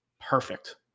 perfect